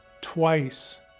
twice